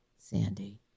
Sandy